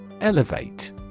Elevate